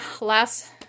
last